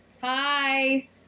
Hi